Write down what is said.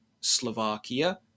Slovakia